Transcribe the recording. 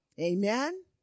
Amen